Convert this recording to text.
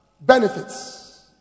benefits